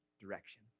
direction